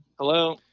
Hello